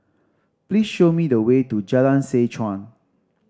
please show me the way to Jalan Seh Chuan